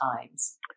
times